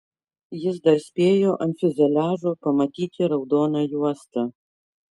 jis dar spėjo ant fiuzeliažo pamatyti raudoną juostą